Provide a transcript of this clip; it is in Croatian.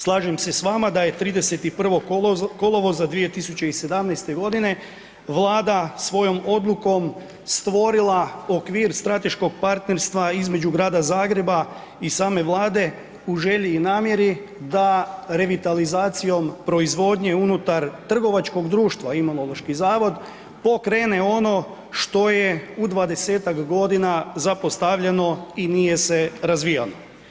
Slažem se s vama, da je 31. kolovoza 2017. g. Vlada svojom odlukom stvorila okvir strateškog partnerstva između Grada Zagreba i same Vlade u želji i namjeri da revitalizacijom proizvodnje unutar trgovačkog društva Imunološki zavod pokrene ono što je u 20-tak godina zapostavljano i nije se razvijalo.